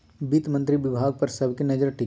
वित्त मंत्री विभाग पर सब के नजर टिकल हइ